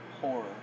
horror